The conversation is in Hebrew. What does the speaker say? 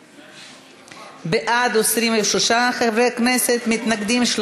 מרגלית, מיקי רוזנטל, רויטל